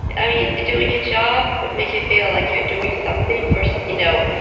i mean, doing a job would make you feel like you're doing something for, so you know,